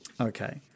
Okay